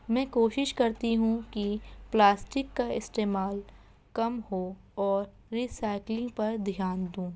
میں کوشش کرتی ہوں کہ پلاسٹک کا استعمال کم ہو اور ریسائیکلنگ پر دھیان دیں